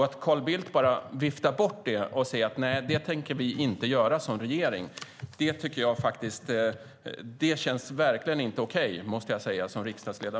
Att Carl Bildt bara viftar bort detta och säger att de som regering inte tänker göra det känns som riksdagsledamot verkligen inte okej, måste jag säga.